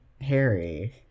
Harry